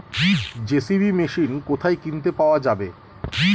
JCB machine কোথায় কিনতে পাওয়া যাবে?